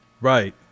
Right